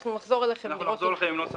אנחנו נחזור אליכם עם נוסח